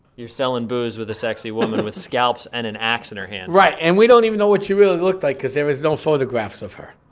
you're selling booze with a sexy woman with scalps and an ax in her hand? right. and we don't even know what she really looked like cause there was no photographs of her.